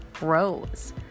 Rose